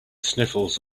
sniffles